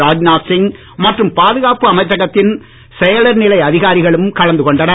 ராஜ்நாத் சிங் மற்றும் பாதுகாப்பு அமைச்சகத்தின் செயலர் நிலை அதிகாரிகளும் கலந்து கொண்டனர்